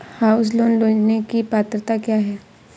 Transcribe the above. House loan लेने की पात्रता क्या है?